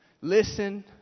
Listen